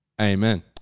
Amen